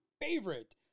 favorite